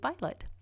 violet